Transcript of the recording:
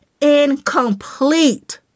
Incomplete